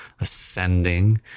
ascending